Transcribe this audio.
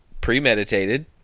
premeditated